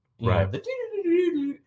Right